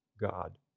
God